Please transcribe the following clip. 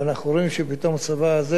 ואנחנו רואים שפתאום הצבא הזה